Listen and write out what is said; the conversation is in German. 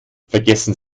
vergessen